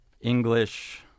English